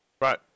Right